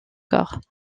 corps